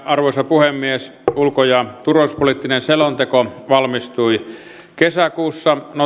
arvoisa puhemies ulko ja turvallisuuspoliittinen selonteko valmistui kesäkuussa